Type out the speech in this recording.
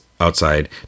outside